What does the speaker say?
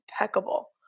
impeccable